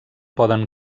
poden